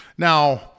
Now